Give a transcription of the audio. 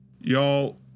Y'all